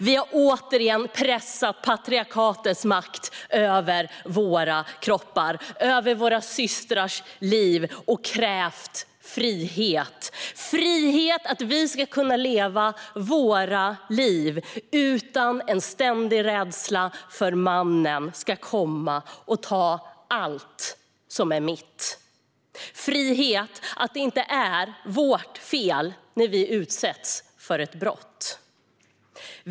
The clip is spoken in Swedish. Vi har återigen pressat patriarkatets makt över våra kroppar, över våra systrars liv och krävt frihet. Vi har krävt frihet att kunna leva våra liv utan en ständig rädsla för att mannen ska komma och ta allt som är vårt. Vi har krävt frihet som innebär att det inte är vårt fel när vi utsätts för ett brott.